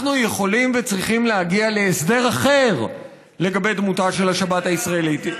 אנחנו יכולים וצריכים להגיע להסדר אחר לגבי דמותה של השבת הישראלית,